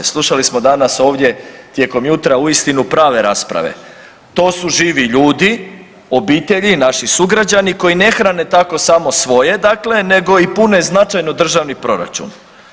Slušali smo danas ovdje tijekom jutra uistinu prave rasprave, to su živi ljudi, obitelji, naši sugrađani koji ne hrane tako samo svoje nego i pune značajno državni proračun.